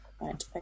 Right